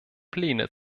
pläne